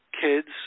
kids